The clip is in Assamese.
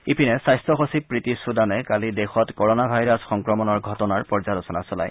ইপিনে স্বাস্থ্য সচিব প্ৰীতি চুদানে কালি দেশত কোৰোনা ভাইৰাছ সংক্ৰমণৰ ঘটনাৰ পৰ্যালোচনা চলায়